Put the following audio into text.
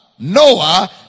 Noah